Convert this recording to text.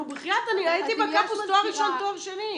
אני הייתי בקמפוס, תואר ראשון, תואר שני.